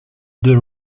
the